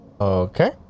Okay